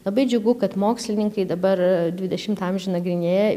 labai džiugu kad mokslininkai dabar dvidešimtą amžių nagrinėja